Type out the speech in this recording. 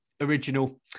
original